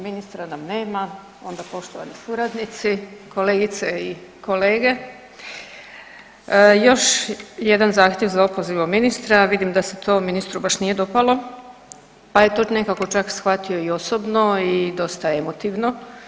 Ministra nam nema, onda poštovani suradnici, kolegice i kolege, još jedan zahtjev za opozivom ministra, vidim da se to ministru baš nije dopalo pa je to nekako čak shvatio i osobno i dosta emotivno.